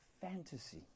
fantasy